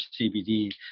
CBD